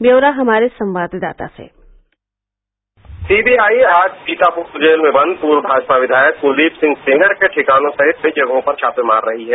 ब्यौरा हमारे संवाददाता से सीबीआई आज सीतापुर जेल में बंद पूर्व भाजपा के विधायक कुलदीप सिंह सेंगर के ठिकानों सहित कई जगहों पर छापे मार रही है